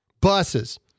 buses